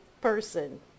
person